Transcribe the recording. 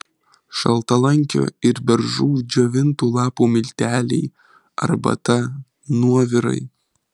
šaltalankio ir beržų džiovintų lapų milteliai arbata nuovirai